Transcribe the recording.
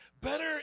Better